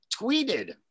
tweeted